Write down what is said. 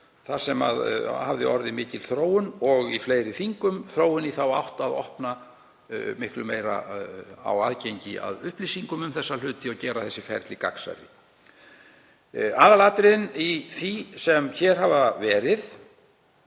þar sem hafði orðið mikil þróun, og í fleiri þingum, í þá átt að opna miklu meira á aðgengi að upplýsingum um þessa hluti og gera ferlin gagnsærri. Aðalatriðin í því sem hér hefur verið